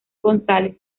gonzález